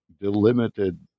delimited